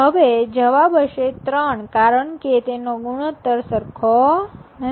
હવે જવાબ હશે ત્રણ કારણ કે તેનો ગુણોતર સરખો નથી